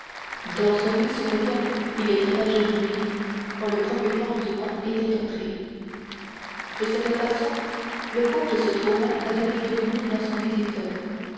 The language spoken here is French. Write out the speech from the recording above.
dans celui sur lequel il était agenouillé quand le procureur du roi était entré de cette façon le comte se trouva à demi tourné vers son visiteur